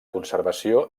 conservació